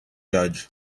judge